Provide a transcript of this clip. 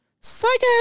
Psycho